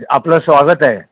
आपलं स्वागत आहे